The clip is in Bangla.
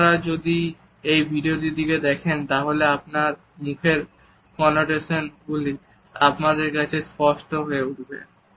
আপনারা যদি এই ভিডিওটির দিকে দেখেন তাহলে তার মুখের কনোটেশন গুলি আমাদের কাছে স্পষ্ট হয়ে উঠবে